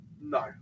No